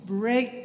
break